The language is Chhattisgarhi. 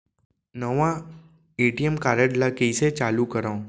नवा ए.टी.एम कारड ल कइसे चालू करव?